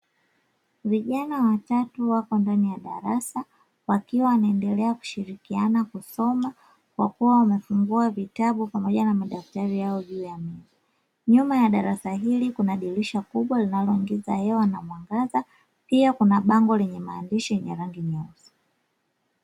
Vijana watatu wapo ndani ya darasa wakiwa wanaendelea kushirikiana kusoma kwakuwa wanafungua vitabu pamoja na madaftari yao juu ya meza, nyuma ya darasa hili kuna dirisha kubwa linaloingiza hewa na mwangaza pia kuna bango lenye maandishi meusi.